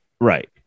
Right